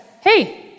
hey